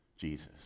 Jesus